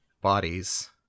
bodies